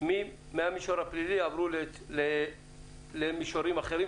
- מהמישור הפלילי עברו למישורים אחרים,